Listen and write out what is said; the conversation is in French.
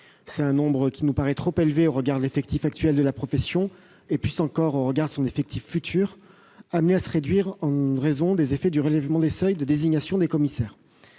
Ce nombre nous paraît trop élevé au regard de l'effectif actuel de la profession et, plus encore, au regard de son effectif futur, amené à se réduire en raison des effets du relèvement des seuils de désignation de ces commissaires.